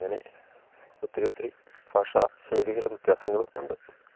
അങ്ങനെ ഒത്തിരി ഒത്തിരി ഭാഷ ശൈലികളും വ്യത്യാസങ്ങളും ഉണ്ട്